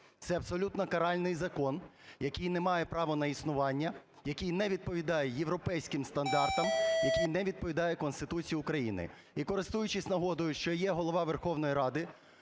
Це абсолютно каральний закон, який не має права на існування, який не відповідає європейським стандартам, який не відповідає Конституції України. І, користуючись нагодою, що є Голова Верховної Ради